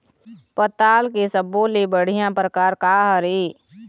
पताल के सब्बो ले बढ़िया परकार काहर ए?